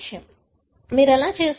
కాబట్టి మీరు ఎలా చేస్తారు